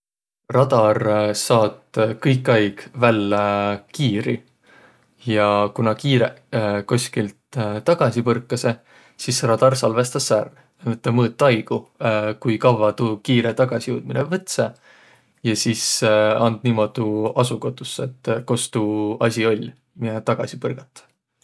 Radar saat kõikaig vällä kiiri ja ku naaq kiireq koskilt tagasi põrkasõq, sis radar salvõstas ärq. Et tä mõõt aigo, ku kavva tuu kiire tagasijõudminõ võtsõ, ja sis and niimuudu asukotussõ, et kos tuu asi oll', miä tagasi põrgat.